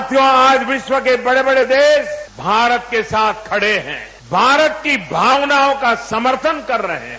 साथियों आज विश्व के बड़े बड़े भारत के साथ खड़े हैं भारत की भावनाओं का समर्थन कर रहे हैं